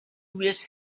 miss